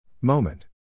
Moment